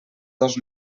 dos